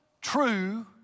true